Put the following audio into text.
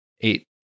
eight